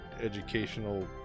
educational